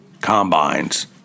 combines